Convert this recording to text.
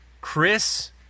Chris